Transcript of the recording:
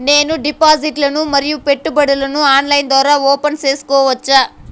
నేను డిపాజిట్లు ను మరియు పెట్టుబడులను ఆన్లైన్ ద్వారా ఓపెన్ సేసుకోవచ్చా?